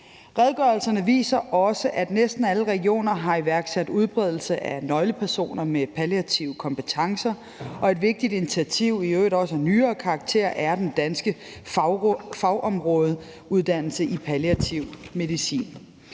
Redegørelserne viser også, at næsten alle regioner har iværksat udbredelse af nøglepersoner med palliative kompetencer, og et vigtigt initiativ, i øvrigt af nyere karakter, er den danske fagområdeuddannelse i palliativ medicin.